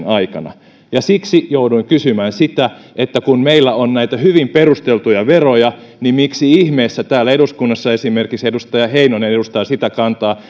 aikana siksi jouduin kysymään sitä että kun meillä on näitä hyvin perusteltuja veroja niin miksi ihmeessä täällä eduskunnassa esimerkiksi edustaja heinonen edustaa sitä kantaa